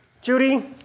Judy